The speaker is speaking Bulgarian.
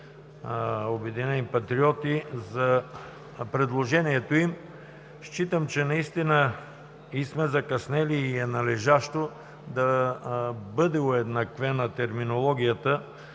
„Обединени патриоти“ за предложението им. Считам, че наистина и сме закъснели, и е належащо да бъде уеднаквена терминологията